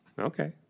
Okay